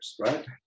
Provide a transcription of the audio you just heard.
right